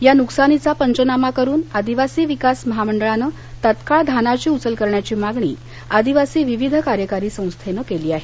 या नुकसानीचा पचंनामा करुन आदिवासी विकास महामंडळानं तत्काळ धानाची उचल करण्याची मागणी आदिवासी विविध कार्यकारी संस्थेनं केली आहे